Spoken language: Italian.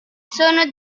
sono